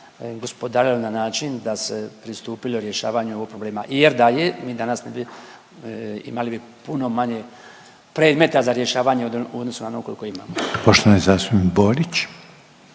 gospodarilo na način da se pristupilo rješavanju ovog problema jer da je mi danas ne bi, imali bi puno manje predmeta za rješavanje u odnosu na ono koliko imamo. **Reiner,